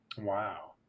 Wow